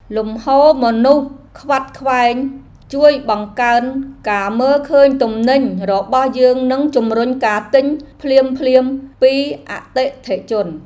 លំហូរមនុស្សខ្វាត់ខ្វែងជួយបង្កើនការមើលឃើញទំនិញរបស់យើងនិងជម្រុញការទិញភ្លាមៗពីអតិថិជន។